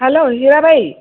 hello Hirabai